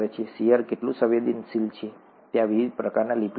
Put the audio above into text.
shear કેટલું સંવેદનશીલ છે ત્યાં વિવિધ પ્રકારના લિપિડ્સ છે